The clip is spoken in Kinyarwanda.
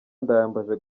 ndayambaje